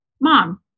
mom